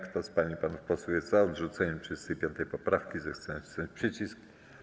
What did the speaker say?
Kto z pań i panów posłów jest za odrzuceniem 35. poprawki, zechce nacisnąć przycisk.